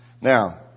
Now